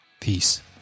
Peace